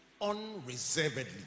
unreservedly